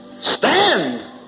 stand